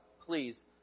please